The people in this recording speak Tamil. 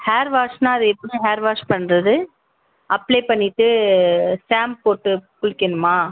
ஹேர் வாஷ்ன்னால் அது எப்படி நான் ஹேர் வாஷ் பண்ணுறது அப்ளே பண்ணிட்டு ஷாம்ப் போட்டு குளிக்கணுமா